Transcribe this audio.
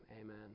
amen